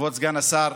כבוד סגן השר,